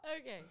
Okay